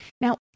Now